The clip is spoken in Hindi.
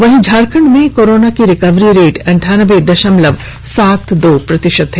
वहीं झारखंड में कोरोना की रिकवरी रेट अनठानबे दशमलव सात दो प्रतिशत हैं